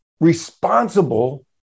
responsible